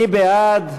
מי בעד?